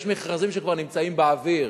יש מכרזים שכבר נמצאים באוויר.